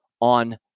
on